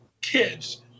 kids